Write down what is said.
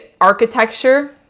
architecture